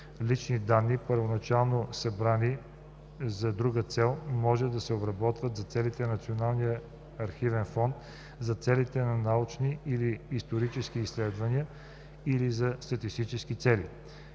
Лични данни, първоначално събрани за друга цел, може да се обработват за целите на Националния архивен фонд, за целите на научни или исторически изследвания или за статистически цели.